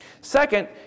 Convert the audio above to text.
Second